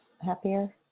Happier